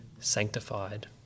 sanctified